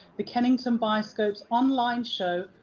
the kennington bioscope's online show,